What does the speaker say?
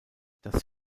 das